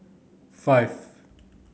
five